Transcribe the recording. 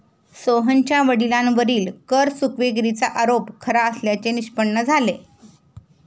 सोहनच्या वडिलांवरील कर चुकवेगिरीचा आरोप खरा असल्याचे निष्पन्न झाले